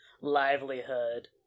livelihood